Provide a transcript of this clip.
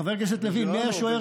חבר הכנסת לוין, מי היה השוער?